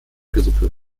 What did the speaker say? gruppe